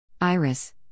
Iris